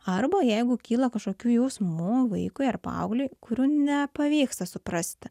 arba jeigu kyla kažkokių jausmų vaikui ar paaugliui kurių nepavyksta suprasti